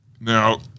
Now